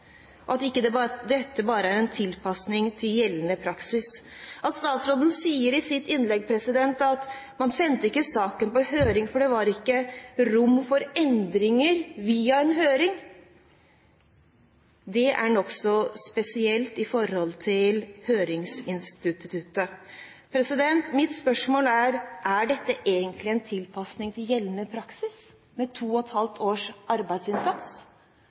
dette ikke bare er en tilpasning til gjeldende praksis. Statsråden sier i sitt innlegg at man ikke sendte saken på høring fordi det ikke var rom for endringer via en høring. Det er nokså spesielt i forhold til høringsinstituttet. Mitt spørsmål er: Er dette egentlig en tilpasning til gjeldende praksis, med to og et halvt års arbeidsinnsats?